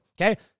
Okay